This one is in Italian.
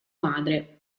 madre